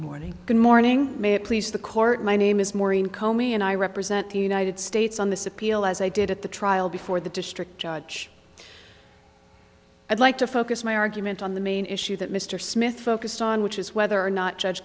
good morning may it please the court my name is maureen komi and i represent the united states on this appeal as i did at the trial before the district judge i'd like to focus my argument on the main issue that mr smith focused on which is whether or not judge